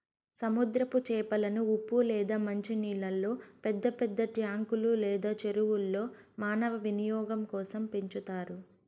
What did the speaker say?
సముద్రపు చేపలను ఉప్పు లేదా మంచి నీళ్ళల్లో పెద్ద పెద్ద ట్యాంకులు లేదా చెరువుల్లో మానవ వినియోగం కోసం పెంచుతారు